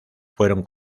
fueron